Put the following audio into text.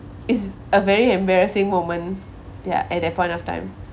it's a very embarrassing moment ya at that point of time